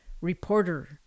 reporter